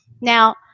now